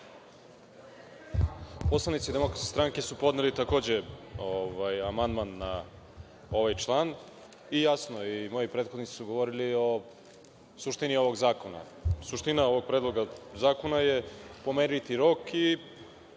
Poslanici DS su podneli, takođe, amandman na ovaj član. Jasno je i moji prethodnici su govorili o suštini ovog zakona. Suština ovog predloga zakona je pomeriti rok